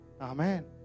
Amen